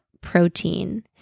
protein